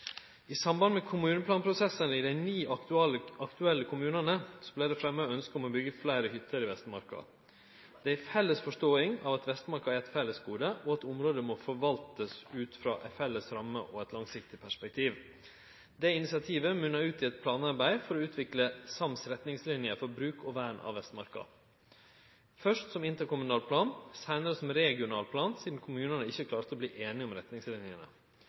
I samband med kommuneplanprosessane i dei ni aktuelle kommunane vart det fremma ønske om å byggje fleire hytter i Vestmarka. Det er ei felles forståing av at Vestmarka er eit fellesgode, og at området må verte forvalta ut frå ei felles ramme og eit langsiktig perspektiv. Det initiativet munna ut i eit planarbeid for å utvikle sams retningsliner for bruk og vern av Vestmarka, først som interkommunal plan, seinare som regional plan, sidan kommunane ikkje klarte å verte einige om